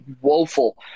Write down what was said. woeful